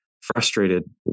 frustrated